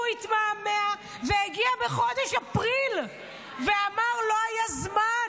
הוא התמהמה, הגיע בחודש אפריל ואמר שלא היה זמן,